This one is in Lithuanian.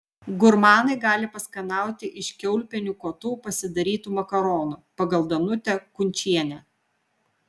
gurmanai gali paskanauti iš kiaulpienių kotų pasidarytų makaronų pagal danutę kunčienę